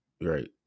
right